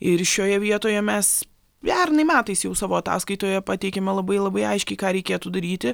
ir šioje vietoje mes pernai metais jau savo ataskaitoje pateikėme labai labai aiškiai ką reikėtų daryti